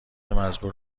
مزبور